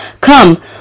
Come